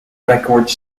records